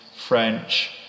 French